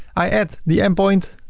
i add the endpoint